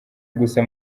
gusa